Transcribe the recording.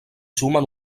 sumen